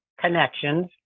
connections